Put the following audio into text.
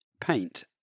paint